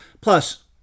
Plus